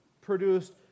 produced